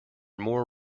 more